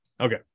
Okay